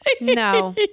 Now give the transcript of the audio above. No